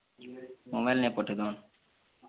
ମୋବାଇଲ୍ନେ ପଠେଇଦଉନ୍